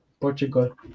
Portugal